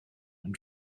and